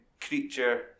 creature